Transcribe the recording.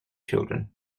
children